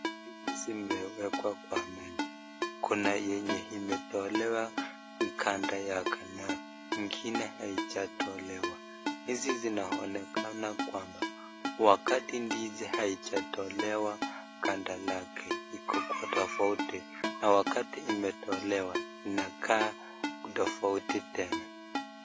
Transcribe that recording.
Ndizi zimewekwa kwa meza, kuna yenye imetolewa kando yake na ingine haijatolewa, ndizi zinaonekana kwamba wakati ndizi haijatolewa ganda lake iko kwa tofauti, na wakati imetolewa inakaa tofauti tena.